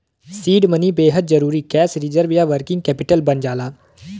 seed money बेहद जरुरी cash reserve या वर्किंग कैपिटल बन जाला